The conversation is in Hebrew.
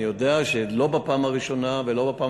אני יודע שלא בפעם הראשונה ולא בפעם